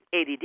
ADD